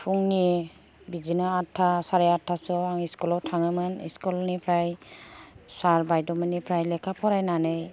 फुंनि बिदिनो आदथा साराय आदथा सोआव आं स्कुल आव थाङोमोन स्कुल निफ्राय सार बायद' मोननिफ्राय लेखा फरायनानै